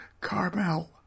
Carmel